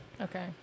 Okay